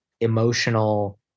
emotional